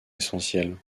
essentielles